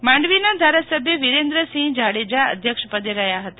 માંડવીનાં ધારાસભ્ય વિરેન્દ્રસિંહ જાડેજા અધ્યક્ષ પદે રહ્યા હતા